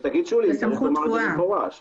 זו סמכות קבועה שלו.